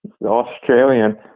Australian